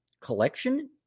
collection